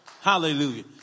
Hallelujah